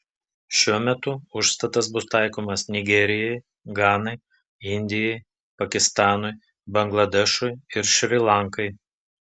šiuo metu užstatas bus taikomas nigerijai ganai indijai pakistanui bangladešui ir šri lankai